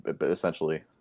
essentially